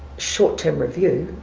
short term review,